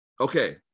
Okay